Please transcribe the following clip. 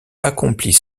accomplit